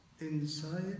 inside